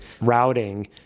routing